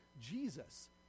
Jesus